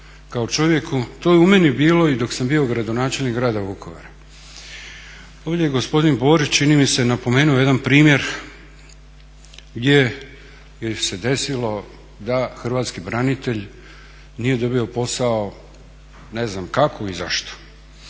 kao čovjeku, to je u meni bilo i dok sam bio gradonačelnik grada Vukovara. Ovdje je gospodin Borić čini mi se napomenuo jedan primjer gdje se desilo da hrvatski branitelj nije dobio posao ne znam kako ni zašto.